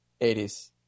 80s